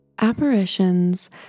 apparitions